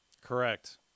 correct